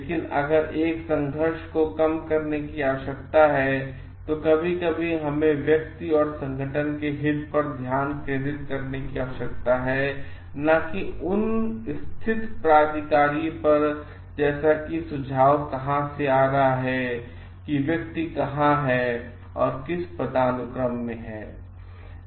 लेकिन अगर एक संघर्ष को कम करने की आवश्यकता है तो कभी कभी हमें व्यक्ति अथवा संगठन के हित पर ध्यान केंद्रित करने की आवश्यकता है न कि उन स्थित प्राधिकारी पर जैसे कि यह सुझाव कहां से आ रहा है और कि व्यक्ति कहाँ है और किस पदानुक्रम में है